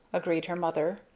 agreed her mother.